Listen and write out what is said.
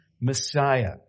Messiah